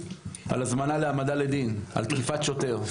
הזמנה להעמדה לדין על תקיפת שוטר.